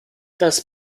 das